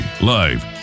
live